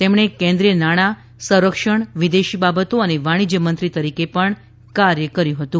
તેમણે કેન્દ્રીય નાણાં સંરક્ષણ વિદેશી બાબતો અને વાણિજ્ય મંત્રી તરીકે પણ કાર્ય કર્યું હતું